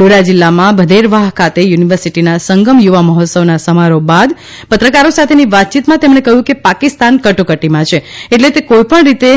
ડોડા જિલ્લામાં ભદેરવાહ ખાતે યુનિવર્સિટીના સંગમ યુવા મહોત્સવનાં સમારોહ બાદ પત્રકારો સાથેની વાતચીતમાં તેમણે કહ્યું કે પાકિસ્તાન કટોકટીમાં છે એટલે તે કોઇપણ રીતે